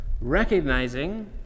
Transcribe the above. recognizing